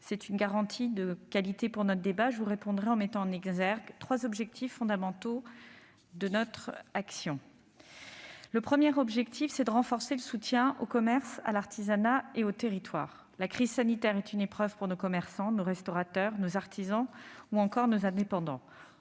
C'est une garantie de qualité pour notre débat. Je vous répondrai en mettant en exergue trois objectifs fondamentaux de notre action. Le premier objectif de notre action, c'est de renforcer le soutien au commerce, à l'artisanat et aux territoires. La crise sanitaire est une épreuve pour nos commerçants, nos restaurateurs, nos artisans ou encore nos indépendants.